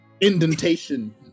indentation